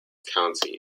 county